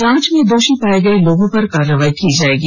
जांच में दोषी पाए गए लोगों पर कार्रवाई की जाएगी